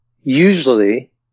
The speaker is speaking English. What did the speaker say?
usually